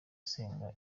asenga